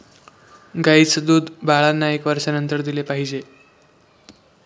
गाईचं दूध बाळांना एका वर्षानंतर दिले पाहिजे